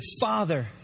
Father